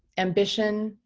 ambition,